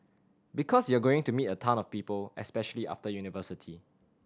because you're going to meet a ton of people especially after university